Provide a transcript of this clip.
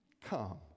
come